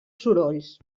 sorolls